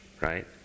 Right